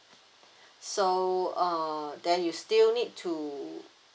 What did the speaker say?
so err then you still need to